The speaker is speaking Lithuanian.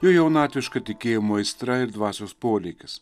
jo jaunatviška tikėjimo aistra ir dvasios polėkis